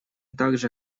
также